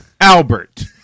Albert